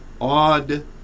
odd